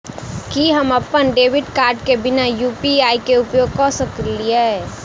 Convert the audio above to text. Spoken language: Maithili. की हम अप्पन डेबिट कार्ड केँ बिना यु.पी.आई केँ उपयोग करऽ सकलिये?